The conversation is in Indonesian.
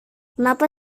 kenapa